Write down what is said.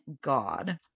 god